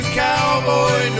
cowboy